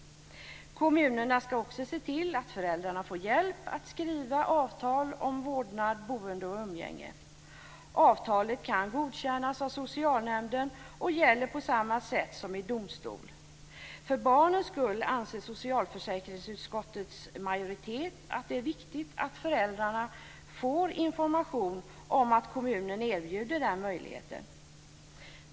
Kommunerna ska också se till att föräldrarna får hjälp att skriva avtal om vårdnad, boende och umgänge. Avtalet kan godkännas av socialnämnden och gäller på samma sätt som i domstol. För barnens skull anser socialförsäkringsutskottets majoritet att det är viktigt att föräldrarna får information om att kommunen erbjuder den möjligheten.